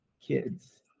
kids